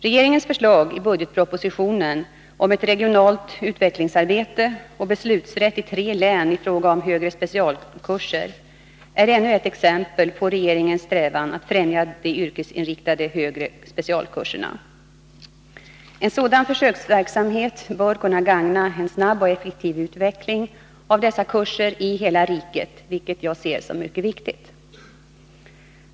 Regeringens förslag i budgetpropositionen om ett regionalt utvecklingsarbete och beslutsrätt i tre län i fråga om högre specialkurser är ännu ett exempel på regeringens strävan att främja de yrkesinriktade högre specialkurserna. En sådan försöksverksamhet bör kunna gagna en snabb och effektiv utveckling av dessa kurser i hela riket, vilket jag ser som mycket viktigt.